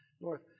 North